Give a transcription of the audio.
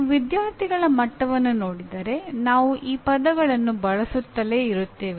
ನೀವು ವಿದ್ಯಾರ್ಥಿಗಳ ಮಟ್ಟವನ್ನು ನೋಡಿದರೆ ನಾವು ಈ ಪದಗಳನ್ನು ಬಳಸುತ್ತಲೇ ಇರುತ್ತೇವೆ